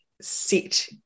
sit